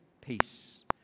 peace